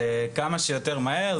וכמה שיותר מהר,